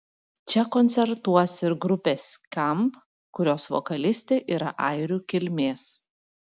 čia koncertuos ir grupė skamp kurios vokalistė yra airių kilmės